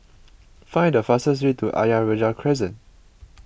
find the fastest way to Ayer Rajah Crescent